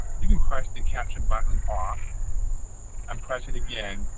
you can press the caption button off and press it again.